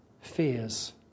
fears